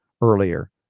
earlier